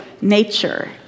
nature